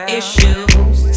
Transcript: issues